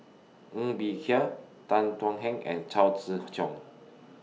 Ng Bee Kia Tan Thuan Heng and Chao Tzee Chong